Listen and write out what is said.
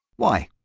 why,